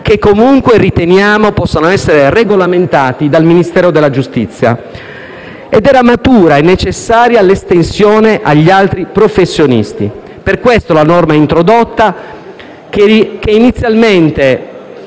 che comunque riteniamo possano essere regolamentati dal Ministero della giustizia. Era matura e necessaria l'estensione di tale principio agli altri professionisti. Per questo la norma introdotta, che inizialmente